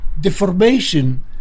deformation